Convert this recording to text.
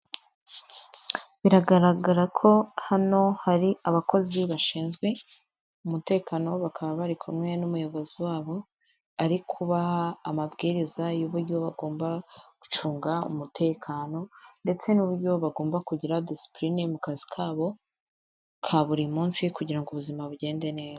Biragaragara ko hano hari abakozi bashinzwe umutekano, bakaba bari kumwe n'umuyobozi wabo, ari kubaha amabwiriza y'uburyo bagomba gucunga umutekano ndetse n'uburyo bagomba kugira disipurine mu kazi kabo ka buri munsi kugira ngo ubuzima bugende neza.